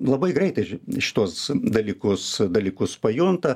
labai greitai ži šituos dalykus dalykus pajunta